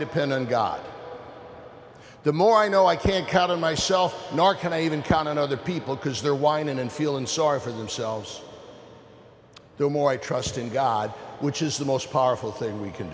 depend on god the more i know i can't count on myself nor can i even count on other people because they're whining and feeling sorry for themselves no more i trust in god which is the most powerful thing we can